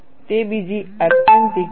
તે બીજી આત્યંતિક છે